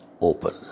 open